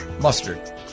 mustard